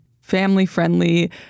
family-friendly